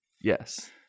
Yes